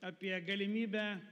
apie galimybę